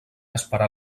esperar